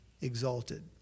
exalted